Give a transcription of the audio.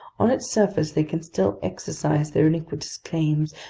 on its surface they can still exercise their iniquitous claims,